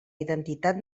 identitat